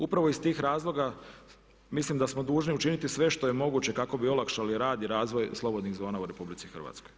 Upravo ih tih razloga mislim da smo dužni učiniti sve što je moguće kako bi olakšali rad i razvoj slobodnih zona u RH.